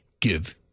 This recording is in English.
Give